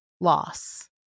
loss